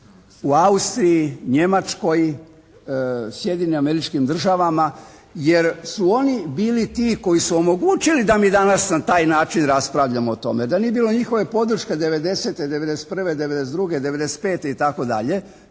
u Austriji, Njemačkoj, Sjedinjenim Američkim Državama jer su oni bili ti koji su omogućili da mi danas na taj način raspravljamo o tome. Da nije bilo njihove podrške '90., '91., '92., '95. itd.